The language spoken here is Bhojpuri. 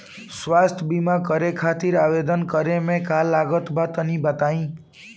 स्वास्थ्य बीमा खातिर आवेदन करे मे का का लागत बा तनि बताई?